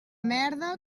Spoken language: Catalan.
merda